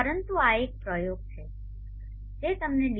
પરંતુ આ એક પ્રયોગ છે જે તમને DC